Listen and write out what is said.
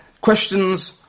questions